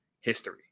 history